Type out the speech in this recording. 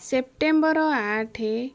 September ଆଠ